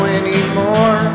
anymore